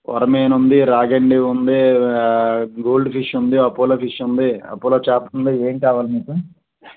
కొరమేను ఉంది రాగండి ఉంది గోల్డ్ ఫిష్ ఉంది అపోలో ఫిష్ ఉంది అపోలో చేప ఉంది ఏం కావాలి మీకు